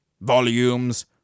volumes